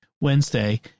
Wednesday